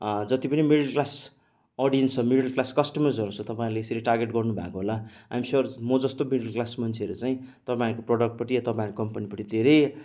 जति पनि middle class अडियन्सहरू मिडल क्लास कस्टमर्सहरूसित तपाईँहरूले यसरी टार्गेट गर्नुभएको होला आइ एम स्योर म जस्तो मिडल क्लास मान्छेहरू चाहिँ तपाईँहरूको प्रडक्टपट्टि तपाईँहरूको कम्पनीपट्टि धेरै